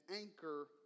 anchor